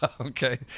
Okay